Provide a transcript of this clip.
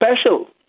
special